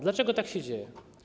Dlaczego tak się dzieje?